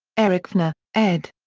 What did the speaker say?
eric foner, ed.